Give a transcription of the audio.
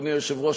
אדוני היושב-ראש,